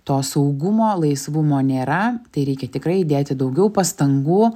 to saugumo laisvumo nėra tai reikia tikrai įdėti daugiau pastangų